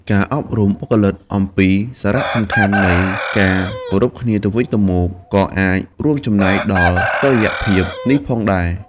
ការអប់រំបុគ្គលិកអំពីសារៈសំខាន់នៃការគោរពគ្នាទៅវិញទៅមក ក៏អាចរួមចំណែកដល់តុល្យភាពនេះផងដែរ។